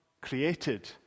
created